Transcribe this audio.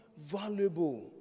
valuable